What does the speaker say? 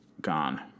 gone